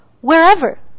wherever